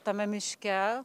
tame miške